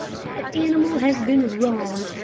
that animal has been wronged,